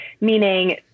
meaning